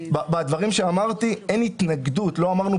בדברים שאמרתי אין התנגדות לא אמרנו